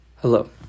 Hello